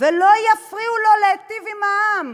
ולא יפריעו לו להיטיב עם העם.